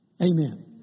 Amen